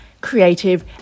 creative